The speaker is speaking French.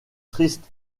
triste